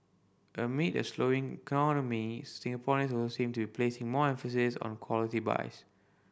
amid a slowing economy Singaporeans also seem to be placing more emphasis on quality buys